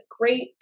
great